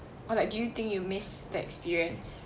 or like do you think you miss that experience